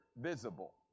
visible